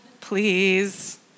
please